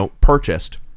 purchased